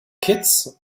kitts